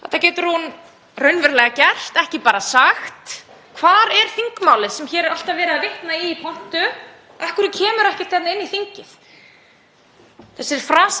Þessir frasar hafa nákvæmlega enga merkingu ef þeim fylgja engar aðgerðir. Af hverju er ekki bara hægt að taka undir þingmál sem eru tilbúin og liggja fyrir þinginu?